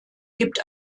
gibt